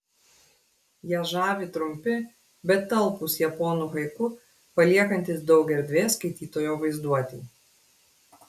ją žavi trumpi bet talpūs japonų haiku paliekantys daug erdvės skaitytojo vaizduotei